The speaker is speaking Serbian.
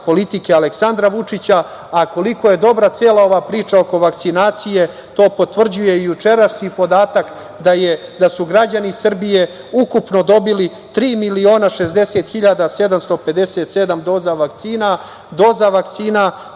politike Aleksandra Vučića. Koliko je dobra cela ova priča oko vakcinacije to potvrđuje i jučerašnji podatak da su građani Srbije ukupno dobili 3.060.757 doza vakcina, doza vakcina